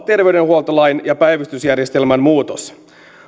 terveydenhuoltolain ja päivystysjärjestelmän muutos